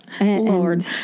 Lord